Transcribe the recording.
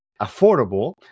affordable